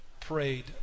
prayed